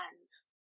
hands